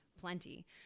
plenty